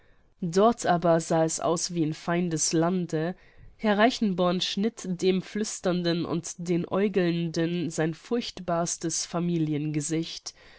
dort aber sah es aus wie in feindes lande herr reichenborn schnitt dem flüsternden und den aeugelnden sein furchtbarstes